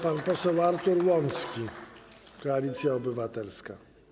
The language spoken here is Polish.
Pan poseł Artur Łącki, Koalicja Obywatelska.